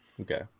okay